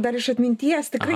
dar iš atminties tikrai